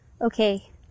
Okay